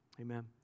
amen